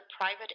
private